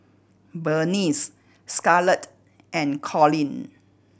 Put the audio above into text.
Bernice Scarlet and Colin